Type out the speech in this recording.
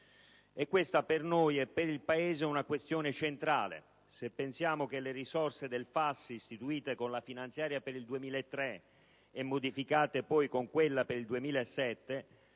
Per noi e per il Paese è una questione centrale, se pensiamo che le risorse del FAS, stanziate con la finanziaria per il 2003 e modificate poi con quella per il 2007,